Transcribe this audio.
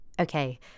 Okay